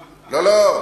לא, לא.